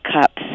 cups